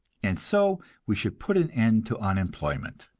and so we should put an end to unemployment.